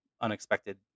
unexpected